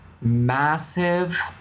massive